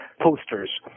posters